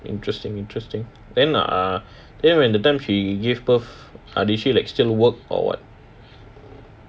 interesting interesting then uh then when that time she gave birth uh did she like still work or what